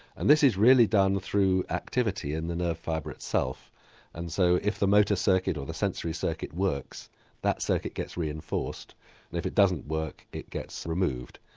and this is really done through activity in the nerve fibre itself and so if the motor circuit, or the sensory circuit works that circuit gets reinforced and if it doesn't work it gets removed.